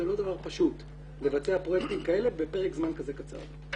זה לא דבר פשוט לבצע פרויקטים כאלה בפרק זמן כזה קצר.